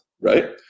right